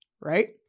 right